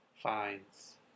finds